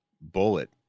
bullet